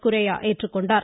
குரையா ஏற்றுக்கொண்டார்